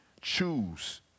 choose